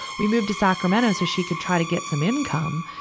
we moved to sacramento so she could try to get some income.